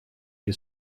при